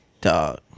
Dog